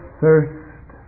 thirst